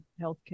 healthcare